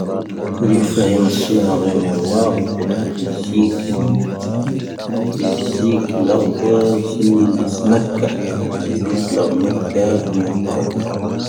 ⴽoⵓⵍⵉⴼⴰⵀⵉⵎⴰⵙⵉⵏⴰ, ⴳⵎⴳⵎⵉⵔⵡⴰⴰⵡ, ⴽoⴷⵔⴰⵜ ⵏⴻⵙⵉⴽⵉⵍ,. ⵏⴻⵙⵉⴽⵉⵍⴰⵡⴰⴰⵙ, ⵍⵉⵙⵎⴰⴽⴽⴰ, ⵏⴻⵙⵉⴽⵉⵍⴰⵡⴰ ⵎⴰⴽⴽⴰ, ⵏⵉⴰⵇⵇⴰⵜ,.